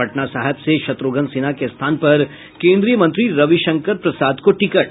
पटना साहिब से शत्रुघ्न सिन्हा के स्थान पर केन्द्रीय मंत्री रविशंकर प्रसाद को टिकट